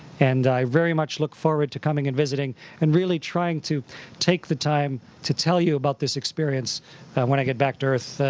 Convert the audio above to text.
and i very much look forward to coming and visiting and really trying to take the time to tell you about this experience when i get back to earth.